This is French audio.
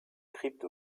crypte